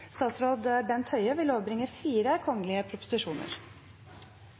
statsråd Bent Høie